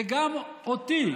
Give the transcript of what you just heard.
וגם אותי,